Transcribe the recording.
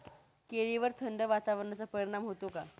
केळीवर थंड वातावरणाचा परिणाम होतो का?